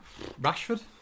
Rashford